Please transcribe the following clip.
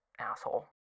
Asshole